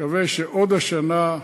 אני מקווה שעוד השנה,